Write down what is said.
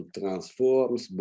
transforms